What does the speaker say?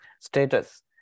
status